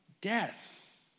death